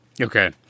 Okay